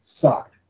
sucked